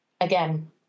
again